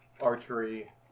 archery